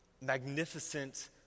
magnificent